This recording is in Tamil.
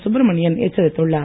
சுப்ரமணியன் எச்சரித்துள்ளார்